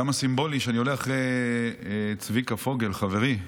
כמה סימבולי שאני עולה אחרי צביקה פוגל חברי,